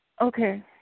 okay